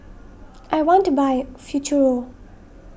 I want to buy Futuro